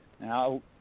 Now